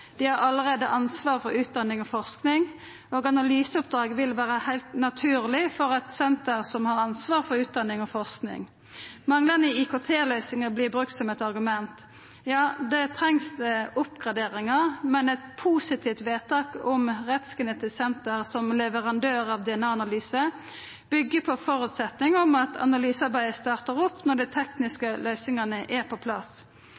dei har allereie ansvar for utdanning og forsking, og analyseoppdrag vil vera heilt naturleg for eit senter som har ansvar for utdanning og forsking. Manglande IKT-løysingar vert brukte som eit argument. Ja, det trengst oppgraderingar, men eit positivt vedtak om Rettsgenetisk senter som leverandør av DNA-analysar, byggjer på føresetnader om at analysearbeidet startar opp når dei tekniske løysingane er på plass.